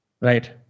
Right